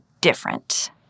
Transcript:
different